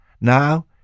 Now